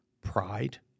Pride